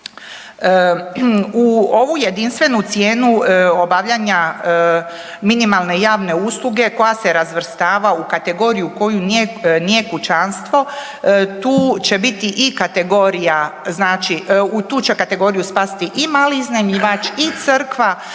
U ovu jedinstvenu cijenu obavljanja minimalne javne usluge koje se razvrstava u kategoriju koju nije kućanstvo, tu će biti i kategorija znači,